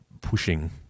pushing